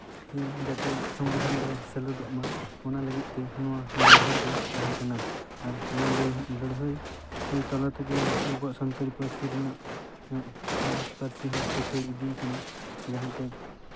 ᱤᱧ ᱡᱟᱛᱮ ᱥᱚᱝᱵᱤᱫᱷᱟᱱᱨᱮ ᱥᱮᱞᱮᱫᱚᱜ ᱢᱟ ᱚᱱᱟ ᱞᱟᱹᱜᱤᱫ ᱛᱮ ᱱᱚᱣᱟ ᱞᱟᱹᱲᱦᱟᱹᱭ ᱫᱚ ᱛᱟᱦᱮ ᱠᱟᱱᱟ ᱟᱨ ᱱᱚᱣᱟ ᱞᱟᱹᱲᱦᱟᱹᱭ ᱛᱟᱞᱟ ᱛᱮᱜᱮ ᱟᱵᱚᱣᱟᱜ ᱥᱟᱱᱛᱟᱲᱤ ᱯᱟᱹᱨᱥᱤ ᱨᱮᱱᱟᱜ ᱱᱚᱣᱟ ᱯᱟᱹᱨᱥᱤ ᱫᱚ ᱠᱤᱥᱟᱹᱲ ᱤᱫᱤ ᱠᱟᱱᱟ ᱡᱟᱦᱟᱸ ᱛᱮ